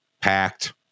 packed